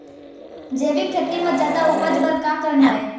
जैविक खेती म जादा उपज बर का करना ये?